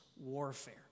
warfare